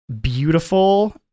beautiful